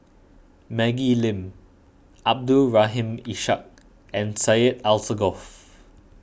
Maggie Lim Abdul Rahim Ishak and Syed Alsagoff